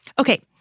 Okay